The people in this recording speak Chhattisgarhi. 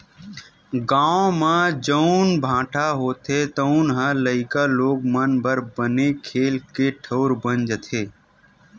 गाँव म जउन भाठा होथे तउन ह लइका लोग मन बर बने खेले के ठउर बन जाथे